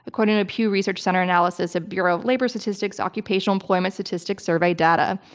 according to a pew research center analysis of bureau of labor statistics occupational employment statistics survey data.